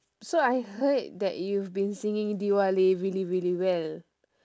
so I heard that you've singing dilwale really really well